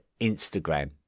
Instagram